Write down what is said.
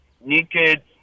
Naked